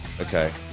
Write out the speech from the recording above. Okay